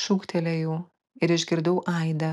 šūktelėjau ir išgirdau aidą